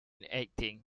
acting